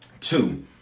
two